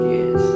Yes